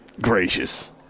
gracious